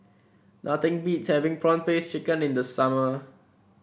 nothing beats having prawn paste chicken in the summer